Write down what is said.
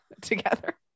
together